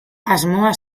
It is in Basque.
asmoa